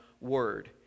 word